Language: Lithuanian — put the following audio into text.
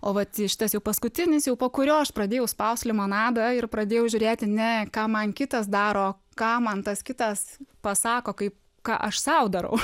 o vat šitas jau paskutinis jau po kurio aš pradėjau spaust limonadą ir pradėjau žiūrėti ne ką man kitas daro ką man tas kitas pasako kaip ką aš sau darau